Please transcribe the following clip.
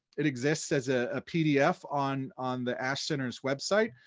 it exists as a ah pdf on on the ash center's website.